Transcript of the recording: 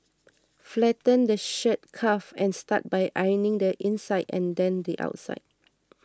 flatten the shirt cuff and start by ironing the inside and then the outside